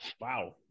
Wow